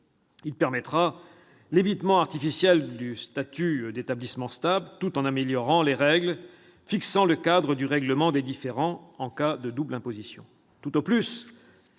Il permettra l'évitement artificiel du statut d'établissement stable, tout en améliorant les règles fixant le cadre du règlement des différends en cas de double imposition. Tout au plus,